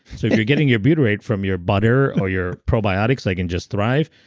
so if you're getting your butyrate from your butter or your probiotics like in just thrive,